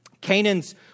Canaan's